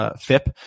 FIP